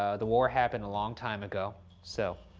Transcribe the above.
ah the war happened a long time ago, so.